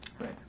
Right